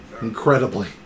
Incredibly